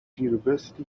university